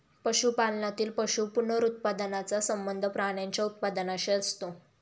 पशुपालनातील पशु पुनरुत्पादनाचा संबंध प्राण्यांच्या उत्पादनाशी असतो